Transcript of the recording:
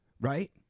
Right